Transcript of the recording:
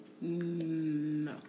No